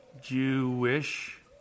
Jewish